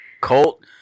Colt